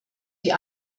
die